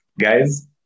guys